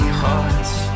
hearts